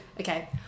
okay